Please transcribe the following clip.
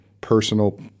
personal